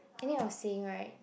anyway I was saying right